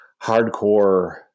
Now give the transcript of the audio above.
hardcore